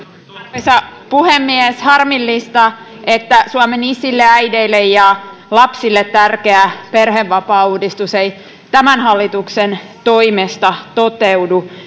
arvoisa puhemies harmillista että suomen isille äideille ja lapsille tärkeä perhevapaauudistus ei tämän hallituksen toimesta toteudu